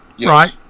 right